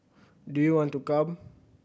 do you want to come